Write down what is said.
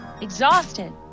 Exhausted